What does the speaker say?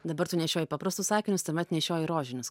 dabar tu nešioji paprastus akinius tuomet nešiojai rožinius